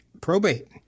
probate